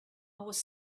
was